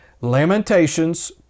Lamentations